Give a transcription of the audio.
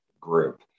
group